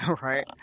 Right